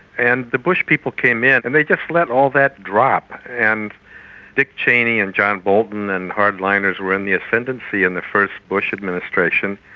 and the bush people came in and they just let all that drop. and dick cheney and john bolton and the hard-liners were in the ascendancy in the first bush administration,